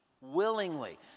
Willingly